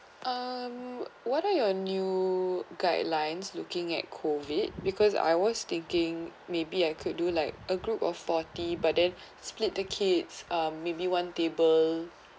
um what are your new guidelines looking at COVID because I was thinking maybe I could do like a group of forty but then split the kids uh maybe one table